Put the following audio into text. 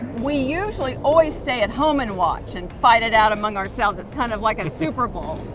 we usually always stay at home and watch and fight it out among ourselves. it's kind of like a super bowl.